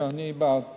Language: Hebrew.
אני בעד.